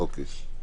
בוודאי.